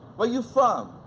where you from?